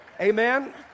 Amen